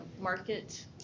market